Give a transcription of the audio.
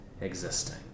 existing